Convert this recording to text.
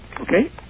Okay